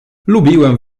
lubiłem